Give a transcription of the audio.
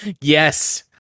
Yes